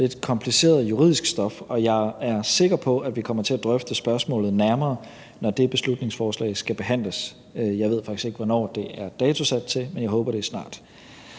afspejler, kompliceret juridisk stof, og jeg er sikker på, at vi kommer til at drøfte spørgsmålet nærmere, når det beslutningsforslag skal behandles. Jeg ved faktisk ikke, hvornår det er datosat til, men jeg håber, det er snart.